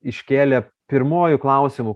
iškėlė pirmuoju klausimu